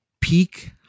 Peak